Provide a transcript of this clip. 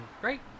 Great